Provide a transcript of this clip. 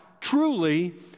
truly